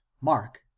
Mark